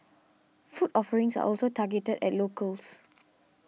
food offerings are also targeted at locals